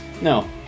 No